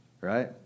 right